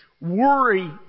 Worry